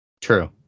True